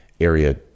area